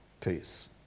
peace